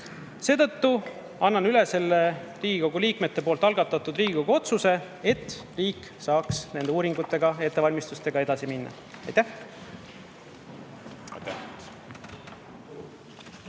Seetõttu annan üle Riigikogu liikmete algatatud Riigikogu otsuse, et riik saaks nende uuringute ja ettevalmistustega edasi minna. Aitäh!